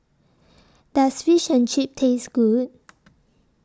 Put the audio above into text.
Does Fish and Chips Taste Good